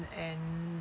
and